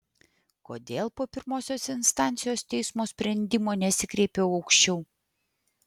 kodėl po pirmosios instancijos teismo sprendimo nesikreipiau aukščiau